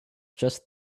just